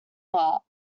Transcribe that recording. part